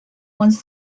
once